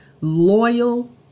loyal